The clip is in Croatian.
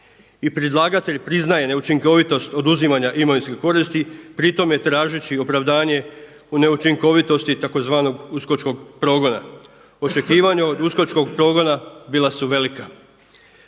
I predlagatelj priznaje neučinkovitost oduzimanja imovinske koristi pri tome tražeći opravdanje u neučinkovitosti tzv. uskočkog progona. Očekivanja od uskočkog progona bila su velika.